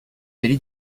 kelly